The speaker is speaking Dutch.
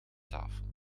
tafel